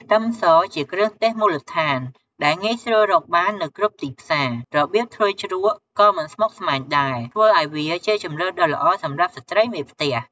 ខ្ទឹមសជាគ្រឿងទេសមូលដ្ឋានដែលងាយស្រួលរកបាននៅគ្រប់ទីផ្សារ របៀបធ្វើជ្រក់ក៏មិនស្មុគស្មាញដែរ ធ្វើឱ្យវាជាជម្រើសដ៏ល្អសម្រាប់ស្ត្រីមេផ្ទះ។